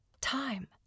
Time